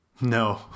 No